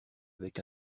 avec